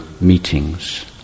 meetings